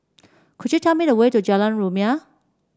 could you tell me the way to Jalan Rumia